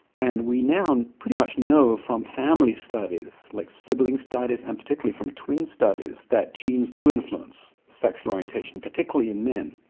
and we now pretty much know from family studies, like sibling studies and particularly from twin studies, that genes do influence sexual orientation, particularly in men.